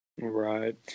Right